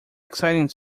exciting